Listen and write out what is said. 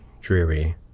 dreary